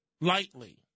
lightly